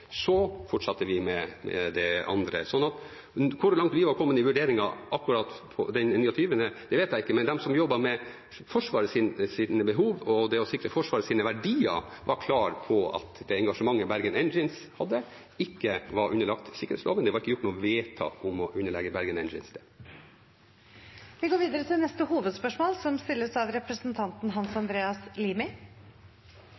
så fortsatte vi med det andre. Så hvor langt vi var kommet i vurderingene akkurat den 29. januar, det vet jeg ikke, men de som jobbet med Forsvarets behov og det å sikre Forsvarets verdier, var klare på at det engasjementet Bergen Engines hadde, ikke var underlagt sikkerhetsloven. Det var ikke gjort noe vedtak om å underlegge Bergen Engines det. Vi går videre til neste hovedspørsmål.